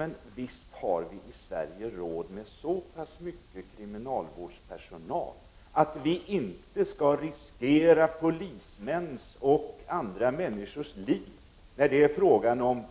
Men visst har vi i Sverige råd med så pass mycket kriminalvårdspersonal när det är fråga om personer som de nu aktuella, att vi inte skall riskera polismäns och andra människors liv. Det får inte vara